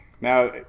Now